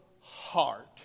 heart